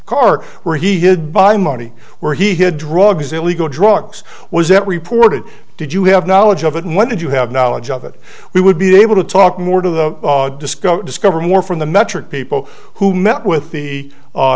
carve where he hid by money where he had drugs illegal drugs was it reported did you have knowledge of it and what did you have knowledge of it we would be able to talk more to the disco discover more from the metric people who met with the